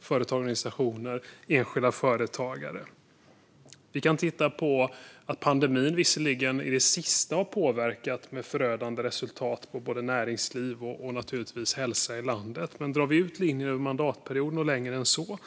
Företagarorganisationer och enskilda företagare säger det också. Pandemin har visserligen under den senaste tiden påverkat och gett förödande resultat för näringsliv och, naturligtvis, hälsa i landet. Men vi kan dra ut linjen över mandatperioden och längre än så.